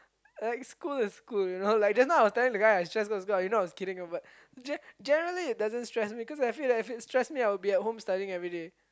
like school is school you know like just know I was telling the guy I stress about school you know I was kidding but ge~ generally it doesn't stress because I would be at home studying everyday